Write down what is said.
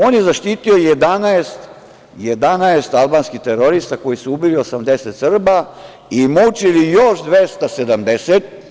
On je zaštiti 11 albanskih terorista koji su ubili 80 Srba i mučili još 270.